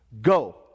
go